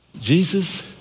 Jesus